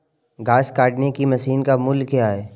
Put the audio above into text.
घास काटने की मशीन का मूल्य क्या है?